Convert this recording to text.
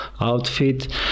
outfit